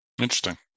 Interesting